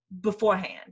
beforehand